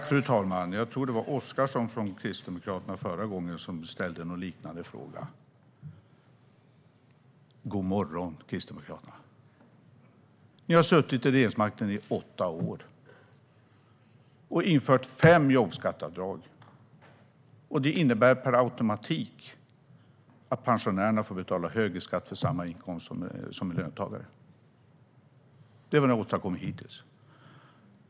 Fru talman! Jag tror att det var Oscarsson från Kristdemokraterna som förra gången ställde en liknande fråga. God morgon, Kristdemokraterna! Ni har suttit med regeringsmakten i åtta år, och ni har infört fem jobbskatteavdrag. Det innebär per automatik att pensionärerna får betala högre skatt för samma inkomst som löntagarna. Det är vad ni har åstadkommit hittills.